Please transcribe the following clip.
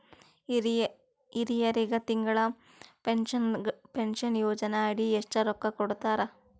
ಹಿರಿಯರಗ ತಿಂಗಳ ಪೀನಷನಯೋಜನ ಅಡಿ ಎಷ್ಟ ರೊಕ್ಕ ಕೊಡತಾರ?